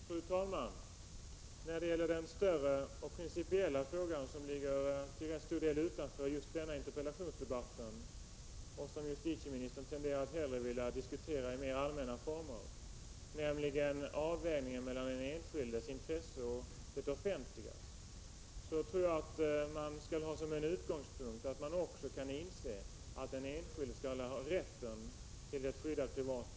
Fru talman! När det gäller den större och principiella frågan, som till rätt stor del ligger utanför just denna interpellationsdebatt och som justitieministern tenderar att hellre vilja diskutera i mer allmänna former, nämligen avvägningen mellan den enskildes intresse och det offentligas, tror jag att man som en utgångspunkt skall ha att man också kan inse att den enskilde skall ha rätt till ett skyddat privatliv.